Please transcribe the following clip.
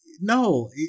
no